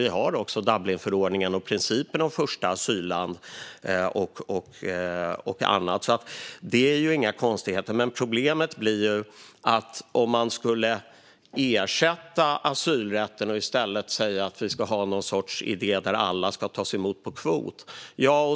Vi har också Dublinförordningens princip om första asylland och annat. Det är alltså inga konstigheter. Det blir dock problem om man ersätter asylrätten med en idé om att alla ska tas emot på kvot.